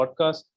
podcast